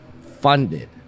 funded